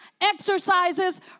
exercises